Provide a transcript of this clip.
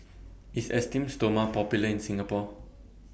IS Esteem Stoma Popular in Singapore